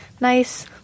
nice